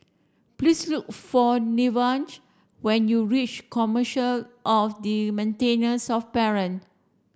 please look for Nevaeh when you reach Commissioner for the Maintenance of Parent